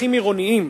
פקחים עירוניים